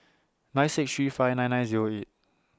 nine six three five nine nine Zero eight